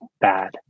bad